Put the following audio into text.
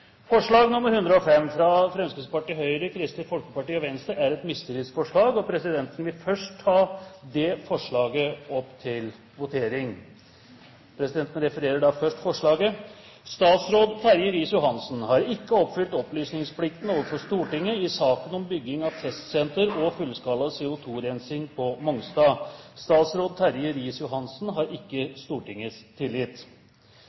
Forslag nr. 105, fra Fremskrittspartiet, Høyre, Kristelig Folkeparti og Venstre, er et mistillitsforslag. Presidenten vil la votere over dette forslaget først. Forslaget lyder: «Statsråd Terje Riis-Johansen har ikke oppfylt opplysningsplikten overfor Stortinget i saken om bygging av testsenter og fullskala CO2-rensing på Mongstad. Statsråd Terje Riis-Johansen har